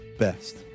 best